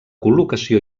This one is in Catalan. col·locació